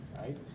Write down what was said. right